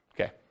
Okay